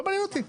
לא מעניין אותם.